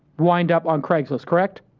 wind up on craigslist, correct?